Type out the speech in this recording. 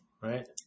right